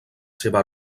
seva